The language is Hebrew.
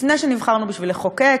לפני שנבחרנו לחוקק,